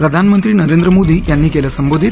प्रधानमंत्री नरेंद्र मोदी यांनी केलं संबोधीत